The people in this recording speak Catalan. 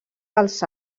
dels